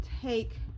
take